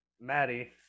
maddie